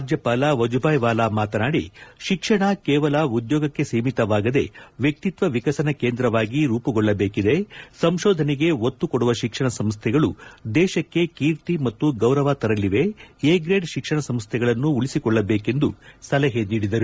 ರಾಜ್ಯಪಾಲ ವಜುಬಾಯಿ ವಾಲಾ ಮಾತನಾಡಿ ಶಿಕ್ಷಣ ಕೇವಲ ಉದ್ಯೋಗಕ್ಕೆ ಸೀಮಿತವಾಗದೆ ವ್ಯಕ್ತಿತ್ವ ವಿಸಕನ ಕೇಂದ್ರವಾಗಿ ರೂಪುಗೊಳ್ಳಬೇಕಿದೆ ಸಂಶೋಧನೆಗೆ ಒತ್ತು ಕೊಡುವ ಶಿಕ್ಷಣ ಸಂಶ್ವೆಗಳು ದೇಶಕ್ಕೆ ಕೀರ್ತಿ ಮತ್ತು ಗೌರವ ತೆರಲಿದೆ ಎ ಗ್ರೇಡ್ ಶಿಕ್ಷಣ ಸಂಶ್ವೆಗಳನ್ನು ಉಳಿಸಿಕೊಳ್ಳಬೇಕೆಂದು ಸಲಹೆ ನೀಡಿದರು